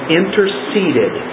interceded